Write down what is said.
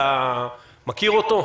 אתה מכיר אותו?